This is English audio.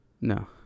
No